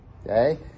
Okay